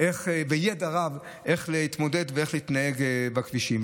וידע רב איך להתמודד ואיך להתנהג בכבישים.